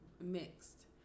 mixed